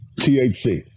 THC